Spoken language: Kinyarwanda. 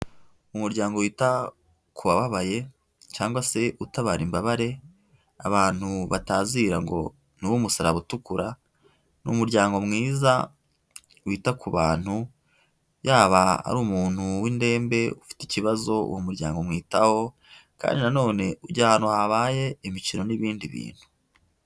Umuryango wita ku babaye cyangwa se utabara imbabare, abantu batazira ngo ni uw'umusaraba utukura, ni umuryango mwiza wita ku bantu, yaba ari umuntu w'indembe ufite ikibazo, uwo muryango umwitaho, kandi na none ujya ahantu habaye imikino n'ibindi bintu.